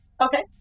Okay